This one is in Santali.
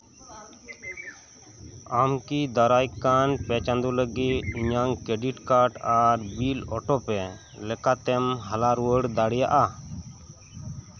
ᱟᱢ ᱠᱤ ᱫᱟᱨᱟᱭ ᱠᱟᱱ ᱯᱮ ᱪᱟᱸᱫᱳ ᱞᱟᱹᱜᱤᱫ ᱤᱧᱟᱹᱝ ᱠᱨᱮᱰᱤᱴ ᱠᱟᱨᱰ ᱟᱨ ᱵᱤᱞ ᱚᱴᱳ ᱯᱮ ᱞᱮᱠᱟᱛᱮᱢ ᱦᱟᱞᱟ ᱨᱩᱣᱟᱹᱲ ᱫᱟᱲᱮᱭᱟᱜᱼᱟ